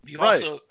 Right